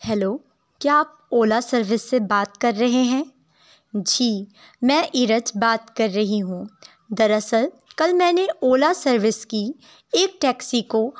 hello کیا آپ Ola service سے بات کر رہے ہیں جی میں ارج بات کر رہی ہوں دراصل کل میں نے اولا سروس کی ایک ٹیکسی کو